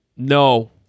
No